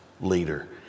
leader